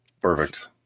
Perfect